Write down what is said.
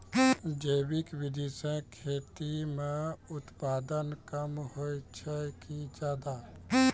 जैविक विधि से खेती म उत्पादन कम होय छै कि ज्यादा?